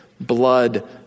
blood